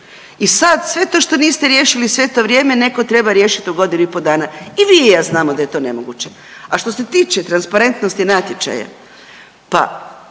I sad sve to što niste riješili sve to vrijeme netko treba riješiti u godinu i po dana. I vi i ja znamo da je to nemoguće. A što se tiče transparentnosti natječaja, pa